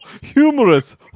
humorous